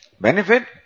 benefit